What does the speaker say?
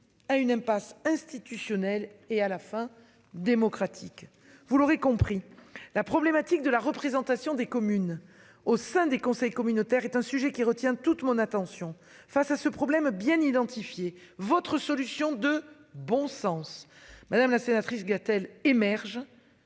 à une impasse institutionnelle et à la fin, démocratique, vous l'aurez compris la problématique de la représentation des communes au sein des conseils communautaires est un sujet qui retient toute mon attention. Face à ce problème bien identifié votre solution de bon sens. Madame la sénatrice Gatel émerge.